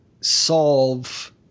solve